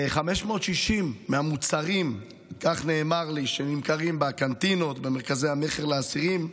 560 מהמוצרים שנמכרים בקנטינות ובמרכזי המכר לאסירים,